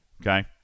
Okay